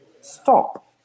stop